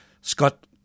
Scott